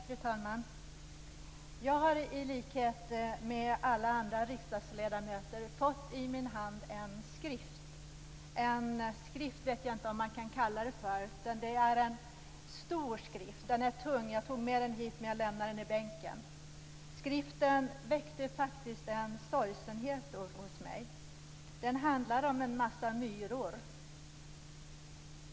Fru talman! Jag har i likhet med alla andra riksdagsledamöter fått i min hand en skrift, eller något som jag inte vet om man kan kalla för en skrift. Den är stor och tung, och jag har tagit med den hit men lämnade den i bänken. Den väckte faktiskt en sorgsenhet hos mig. Den handlar om en massa myror.